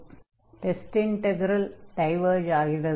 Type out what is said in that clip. எனவே test integral diverge ஆகிறது